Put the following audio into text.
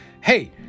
Hey